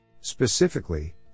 Specifically